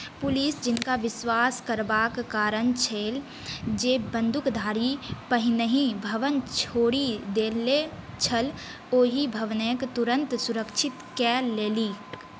police जिनका विश्वास करबाक कारण छल जे बन्दूकधारी पहिनहि भवन छोड़ि देने छल ओहि भवनके तुरन्त सुरक्षित कऽ लेलक